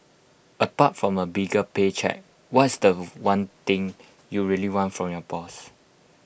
apart from A bigger pay cheque what's The One thing you really want from your boss